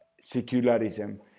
secularism